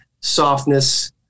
softness